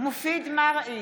מופיד מרעי,